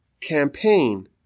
campaign